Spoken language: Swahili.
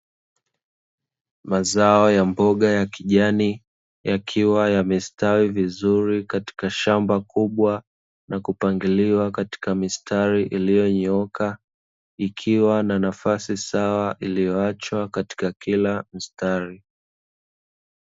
Mazao ya mboga ya kijani, yakiwa yamestawi vizuri katika shamba kubwa, na kupangiliwa katika mistari iliyonyooka, ikiwa na nafasi sawa iliyoachwa katika kila mstari.